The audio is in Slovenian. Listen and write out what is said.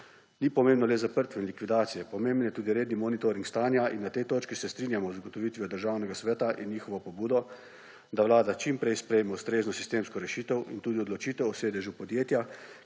Ni pomembno le zaprtje, likvidacija, pomemben je tudi redni monitoring stanja. Na tej točki se strinjamo z ugotovitvijo Državnega sveta in njihovo pobudo, da Vlada čim prej sprejme ustrezno sistemsko rešitev in tudi odločitev o sedežu podjetja,